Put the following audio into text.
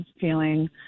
feeling